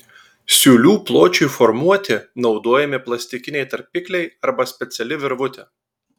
siūlių pločiui formuoti naudojami plastikiniai tarpikliai arba speciali virvutė